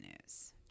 news